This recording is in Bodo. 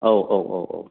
औ औ औ औ